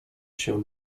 się